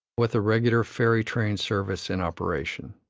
with a regular ferry-train service in operation.